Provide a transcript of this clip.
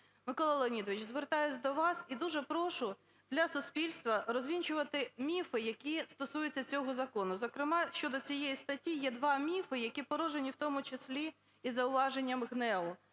Микола Леонідович, звертаюсь до вас і дуже прошу для суспільства розвінчувати міфи, які стосуються цього закону. Зокрема, щодо цієї статті є два міфи, які породжені в тому числі і зауваженням ГНЕУ,